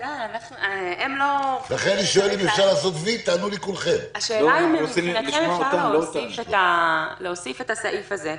השאלה אם מבחינתכם אפשר להוסיף את הסעיף הזה.